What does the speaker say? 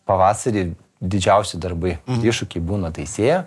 pavasarį didžiausi darbai iššūkiai būna tai sėja